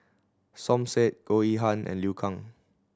Som Said Goh Yihan and Liu Kang